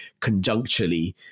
conjuncturally